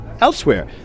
elsewhere